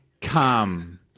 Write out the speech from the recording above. come